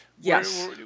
Yes